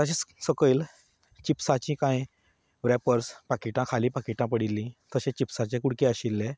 तशेंच सकयल चिप्साची कांय रेपर्स पाकिटां खाली पाकिटां पडिल्लीं तशें चिप्साचे कुडके आशिल्ले